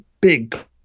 big